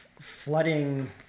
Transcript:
flooding